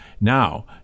now